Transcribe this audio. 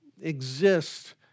exist